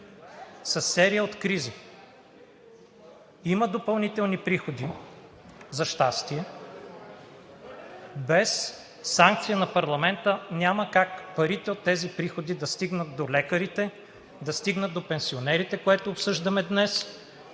серия от кризи. Има допълнителни приходи за щастие. Без санкции на парламента няма как парите от тези приходи да стигнат до лекарите, да стигнат до пенсионерите, което обсъждаме днес